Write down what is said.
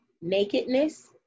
nakedness